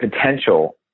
potential